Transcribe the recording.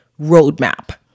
roadmap